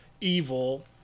evil